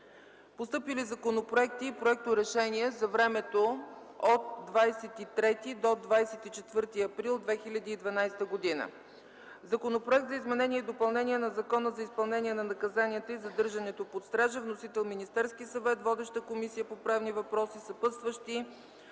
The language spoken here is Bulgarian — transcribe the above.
Постъпили законопроекти и проекторешения за времето от 23 до 24 април 2012 г.: - Законопроект за изменение и допълнение на Закона за изпълнение на наказанието и задържането под стража. Вносител – Министерският съвет. Водеща – Комисията по правни въпроси. Съпътстващи